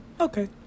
Okay